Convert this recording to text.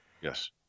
Yes